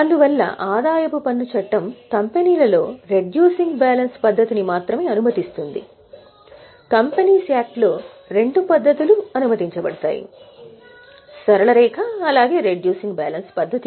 అందువల్ల ఆదాయపు పన్ను చట్టం కంపెనీలలో C ని మాత్రమే అనుమతిస్తుంది కంపెనీస్ యాక్ట్ లో రెండు పద్ధతులు అనుమతించబడతాయి సరళ రేఖ అలాగే రెడ్యూసింగ్ బ్యాలెన్స్ పద్ధతి